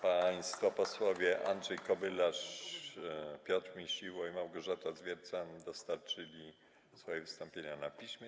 Państwo posłowie Andrzej Kobylarz, Piotr Misiło i Małgorzata Zwiercan dostarczyli swoje wystąpienia na piśmie.